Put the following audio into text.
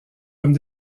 comme